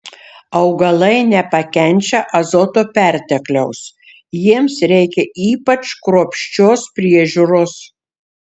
augalai nepakenčia azoto pertekliaus jiems reikia ypač kruopščios priežiūros